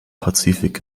pazifik